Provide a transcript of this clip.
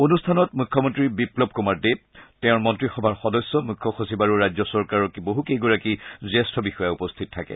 অনুষ্ঠানত মুখ্যমন্ত্ৰী বিপ্লৱ কুমাৰ দেৱ তেওঁৰ মন্ত্ৰীসভাৰ সদস্য মুখ্যসচিব আৰু ৰাজ্য চৰকাৰৰ বহুকেইগৰাকী জ্যেষ্ঠ বিষয়া উপস্থিত থাকে